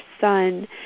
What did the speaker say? son